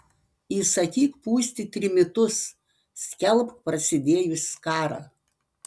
įsakyk pūsti trimitus skelbk prasidėjus karą